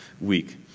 week